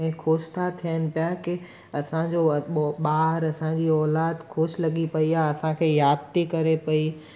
इहे ख़ुशि था थियनि पिया की असांजो ॿ ॿार असांजी औलाद ख़ुशि लॻी पेई आहे असांखे यादि थी करे पेई